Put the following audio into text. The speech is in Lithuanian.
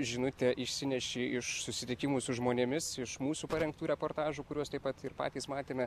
žinutę išsineši iš susitikimų su žmonėmis iš mūsų parengtų reportažų kuriuos taip pat ir patys matėme